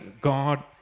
God